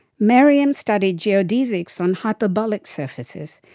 maryam studied geodesics on hyperbolic surfaces,